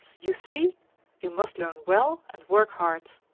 you see you must learn well and work hard.